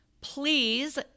please